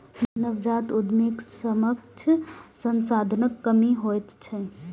नवजात उद्यमीक समक्ष संसाधनक कमी होइत छैक